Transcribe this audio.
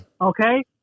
Okay